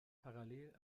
parallel